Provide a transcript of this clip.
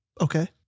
Okay